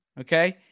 okay